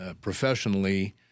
professionally